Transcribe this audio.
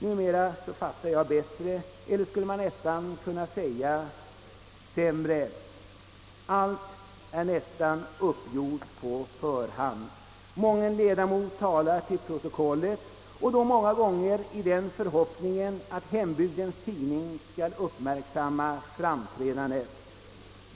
Numera förstår jag bättre eller — skulle man nästan kunna säga — sämre, Allt är uppgjort på förhand. Många ledamöter talar till protokollet, ofta i den förhoppningen att hembygdens tidning skall uppmärksamma framträdandet.